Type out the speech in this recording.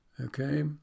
okay